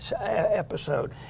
episode